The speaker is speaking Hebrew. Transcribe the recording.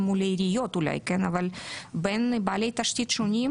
בין עיריות אבל בין בעלי תשתית שונים,